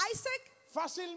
Isaac